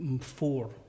four